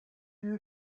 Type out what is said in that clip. you